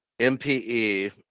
MPE